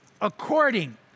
according